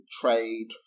Trade